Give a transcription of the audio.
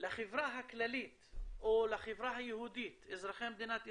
לחברה הכללית או לחברה היהודית אזרחי מדינת ישראל,